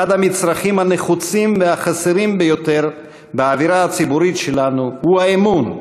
אחד המצרכים הנחוצים והחסרים ביותר באווירה הציבורית שלנו הוא האמון,